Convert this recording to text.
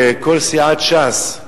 כל סיעת ש"ס,